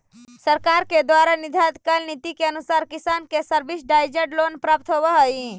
सरकार के द्वारा निर्धारित कैल नीति के अनुसार किसान के सब्सिडाइज्ड लोन प्राप्त होवऽ हइ